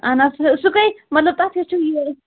اہن حظ سُہ سُہ کٔہیہِ مَطلب تَتھ کیٛاہ چھُ یہِ